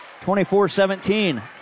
24-17